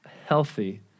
healthy